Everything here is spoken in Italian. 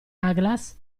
aglaas